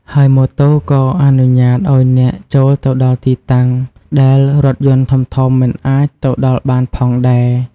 ហើយម៉ូតូក៏អនុញ្ញាតឱ្យអ្នកចូលទៅដល់ទីតាំងដែលរថយន្តធំៗមិនអាចទៅដល់បានផងដែរ។